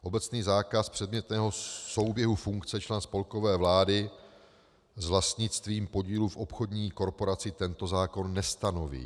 Obecný zákaz předmětného souběhu funkce člena spolkové vlády s vlastnictvím podílu v obchodní korporaci tento zákon nestanoví.